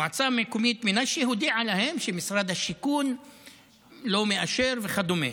המועצה המקומית מנשה הודיעה להם שמשרד השיכון לא מאשר וכדומה.